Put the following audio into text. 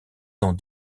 dans